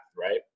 right